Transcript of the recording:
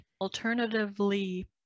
Alternatively